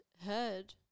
heard